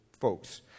folks